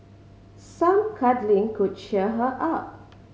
some cuddling could cheer her up